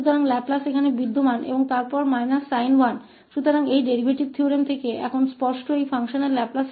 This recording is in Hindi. तो लाप्लास यहां मौजूद है और फिर − sin1 तो यह अब इस डेरीवेटिव प्रमेय से स्पष्ट है उदाहरण के लिए इस फ़ंक्शन का लाप्लास